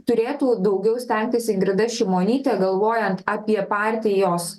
turėtų daugiau stengtis ingrida šimonytė galvojant apie partijos